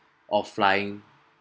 of flying